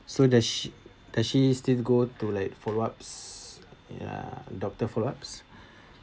so does sh~ does she still go to like follow ups ya doctor follow ups